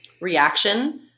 reaction